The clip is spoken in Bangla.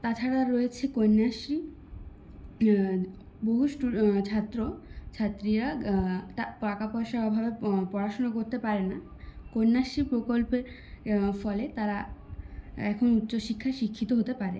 তাছাড়া রয়েছে কন্যাশ্রী বহু ছাত্র ছাত্রীরা তা টাকা পয়সার অভাবে পড়াশুনো করতে পারে না কন্যাশ্রী প্রকল্পের ফলে তারা এখন উচ্চশিক্ষায় শিক্ষিত হতে পারে